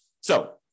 So-